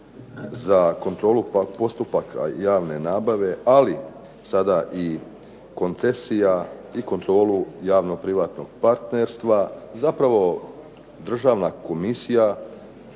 za kontrolu postupaka javne nabave, ali sada i koncesija i kontrolu javnog privatnog partnerstva zapravo Državna komisija u